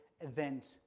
event